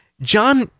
john